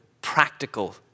practical